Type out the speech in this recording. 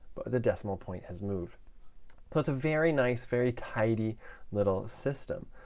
but the decimal point has moved. so it's a very nice very tidy little system.